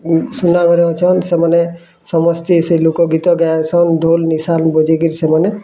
ସୁନା ଘରେ ଅଛନ୍ ସେମାନେ ସମସ୍ତେ ସେ ଲୋକଗୀତ ଗାଏସନ୍ ଢୋଲ୍ ନିଶାନ୍ ବଜେଇକରି ସେମାନେ